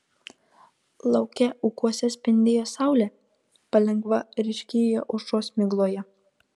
lauke ūkuose spindėjo saulė palengva ryškėjo aušros migloje